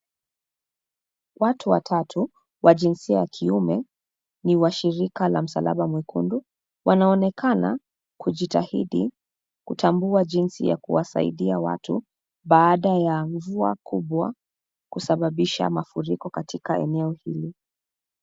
Watu watatu wa jinsia ya kiume, ni wa shirika la msalaba mwekundu, wanaonekana kujitahidi kutambua jinsi ya kuwasaidia watu baada ya mvua kubwa kusababisha mafuriko katika eneo hili.